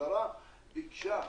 המשטרה בקשה מאתנו,